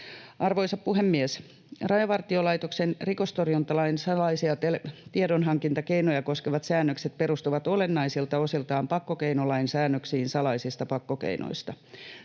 Arvoisa puhemies! Rajavartiolaitoksen rikostorjuntalain salaisia tiedonhankintakeinoja koskevat säännökset perustuvat olennaisilta osiltaan pakkokeinolain säännöksiin salaisista pakkokeinoista.